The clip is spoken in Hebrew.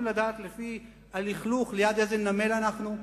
לדעת לפי הלכלוך ליד איזה נמל אנחנו,